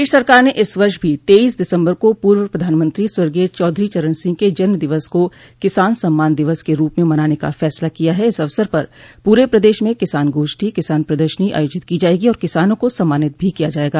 प्रदेश सरकार ने इस वर्ष भी तेईस दिसम्बर को पूर्व प्रधानमंत्री स्वर्गीय चौधरी चरण सिंह के जन्म दिवस को किसान सम्मान दिवस के रूप में मनाने का फैसला किया हैं इस अवसर पर पूरे प्रदेश में किसान गोष्ठी किसान प्रदर्शनी आयोजित की जायेगी और किसानों को सम्मानित भी किया जायेगा